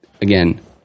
again